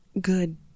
good